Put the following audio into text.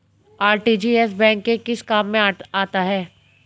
RTGS bank के किस काम में आता है?